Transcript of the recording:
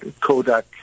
Kodak